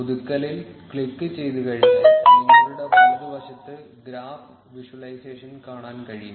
പുതുക്കലിൽ ക്ലിക്കുചെയ്തുകഴിഞ്ഞാൽ നിങ്ങളുടെ വലതുവശത്ത് ഗ്രാഫ് വിഷ്വലൈസേഷൻ കാണാൻ കഴിയും